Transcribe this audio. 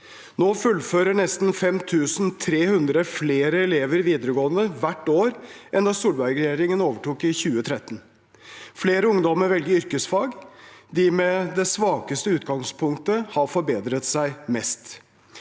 Nå fullfører nesten 5 300 flere elever videregående, hvert år, enn da Solberg-regjeringen overtok i 2013. Flere ungdommer velger yrkesfag. De med det svakeste utgangspunktet har forbedret seg mest.